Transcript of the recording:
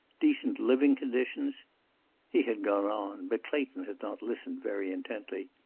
decent living conditions he had gone on, but clayton had not listened very intently.